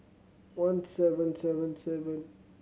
one seven seven seven